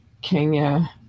Kenya